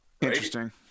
interesting